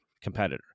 Competitor